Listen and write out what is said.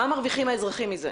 מה מרוויחים האזרחים מזה?